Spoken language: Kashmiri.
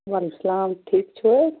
وَعلیکُم سَلام ٹھیٖک چھِو حظ